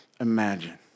imagine